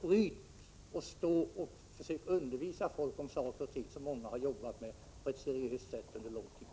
Försök alltså inte att undervisa folk om saker och ting som många har jobbat med på ett seriöst sätt under lång tid!